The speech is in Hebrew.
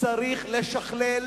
צריך לשכלל